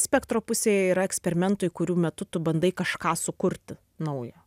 spektro pusėje yra eksperimentai kurių metu tu bandai kažką sukurti naujo